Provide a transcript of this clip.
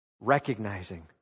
recognizing